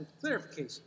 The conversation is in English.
clarification